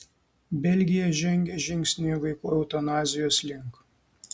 belgija žengė žingsnį vaikų eutanazijos link